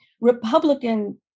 Republican